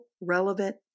relevant